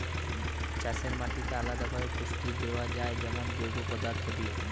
চাষের মাটিতে আলদা ভাবে পুষ্টি দেয়া যায় যেমন জৈব পদার্থ দিয়ে